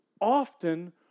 often